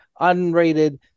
unrated